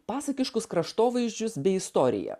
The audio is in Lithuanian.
pasakiškus kraštovaizdžius bei istoriją